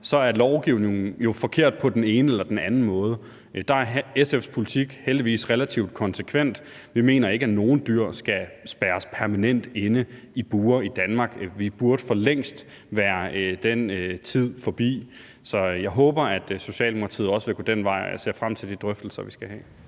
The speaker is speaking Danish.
så er lovgivningen jo forkert på den ene eller den anden måde. Der er SF's politik heldigvis relativt konsekvent: Vi mener ikke, at nogen dyr skal spærres permanent inde i bure i Danmark. Den tid burde vi for længst være forbi. Så jeg håber, at Socialdemokratiet også vil gå den vej, og jeg ser frem til de drøftelser, vi skal have.